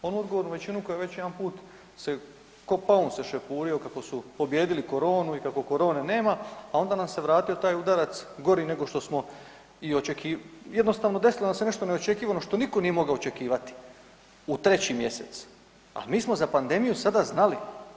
Onu odgovornu većinu koja već jedanput se ko paun se šepurio kako su pobijedili koronu i kako korone nema, a onda nam se vratio taj udarac gori nego što smo i, jednostavno desilo nam se nešto neočekivano što nitko nije mogao očekivati u 3. mjesec, a mi smo za pandemiju sada znali.